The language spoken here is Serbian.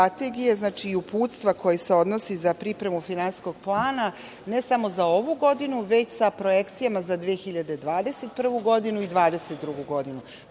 strategije i Uputstva koje se odnosi za pripremu finansijskog plana, ne samo za ovu godinu, već sa projekcijama za 2021. godinu i 2021. godinu. To